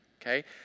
Okay